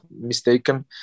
mistaken